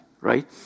right